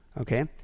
okay